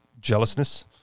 jealousness